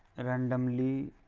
randomly